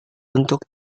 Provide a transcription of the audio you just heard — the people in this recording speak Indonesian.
untuk